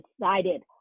decided